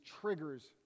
triggers